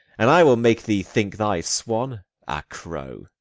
and i will make thee think thy swan a crow.